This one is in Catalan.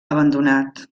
abandonat